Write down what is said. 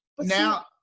Now